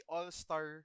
All-Star